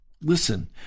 Listen